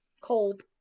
cold